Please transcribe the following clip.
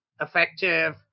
effective